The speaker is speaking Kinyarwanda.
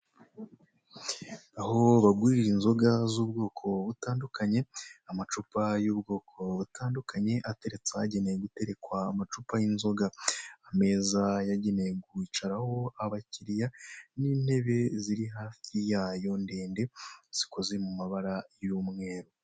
Aho bagurira inzoga z'ubwoko butandukanye, amacupa y'ubwoko butandukanye, ateretse ahagenewe guterekwa amacupa y'inzoga. Ameza yagenewe kwicaraho abakiliya n'intebe ziri hafi yayo ndende, zikoze mu mabara y'umweru.